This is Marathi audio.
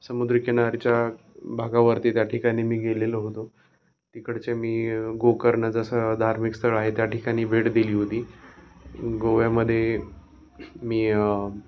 समुद्रीकिनारीच्या भागावरती त्या ठिकाणी मी गेलेलो होतो तिकडचे मी गोकर्ण जसं धार्मिक स्थळ आहे त्या ठिकाणी भेट दिली होती गोव्यामध्ये मी